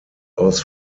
aus